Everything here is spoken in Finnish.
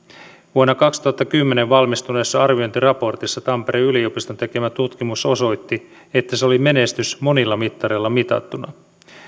vuonna kaksituhattakymmenen valmistuneessa arviointiraportissa tampereen yliopiston tekemä tutkimus osoitti että se oli menestys monilla mittareilla mitattuna